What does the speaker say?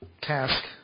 task